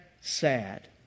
sad